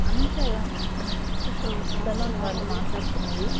Anusha salon వాళ్ళు మాట్లాడుతున్నది